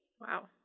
Wow